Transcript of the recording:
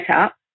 up